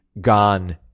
gone